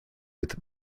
with